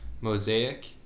Mosaic